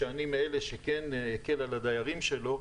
שאני מאלה שכן הקל על הדיירים שלו,